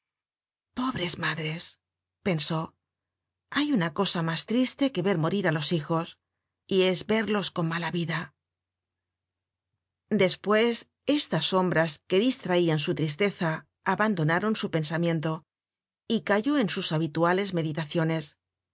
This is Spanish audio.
pobres madres pensó hay una cosa mas triste que ver morir á los hijos y es verlos con mala vida content from google book search generated at despues estas sombras que distraian su tristeza abandonaron su pensamiento y cayó en sus habituales meditaciones